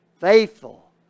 Faithful